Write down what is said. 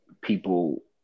people